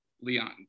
leon